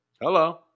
Hello